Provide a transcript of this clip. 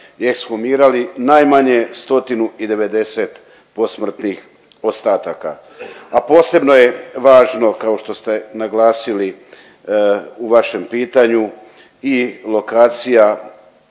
ekshumirali najmanje 190 posmrtnih ostataka. A posebno je važno kao što ste naglasili u vašem pitanju i lokacija